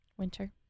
winter